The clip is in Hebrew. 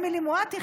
אמילי מואטי,